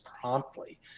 promptly